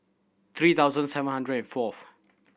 three thousand seven hundred and fourth